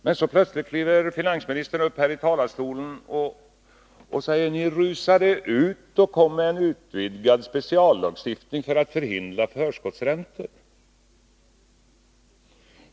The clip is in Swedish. Men så plötsligt träder finansministern upp i talarstolen och påstår att vi kom med en utvidgad speciallagstiftning för att förhindra förskottsräntor.